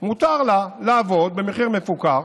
מותר לה לעבוד, במחיר מפוקח,